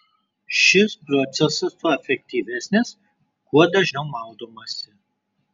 šis procesas tuo efektyvesnis kuo dažniau maudomasi